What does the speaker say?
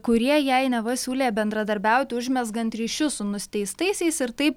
kurie jai neva siūlė bendradarbiauti užmezgant ryšius su nusteistaisiais ir taip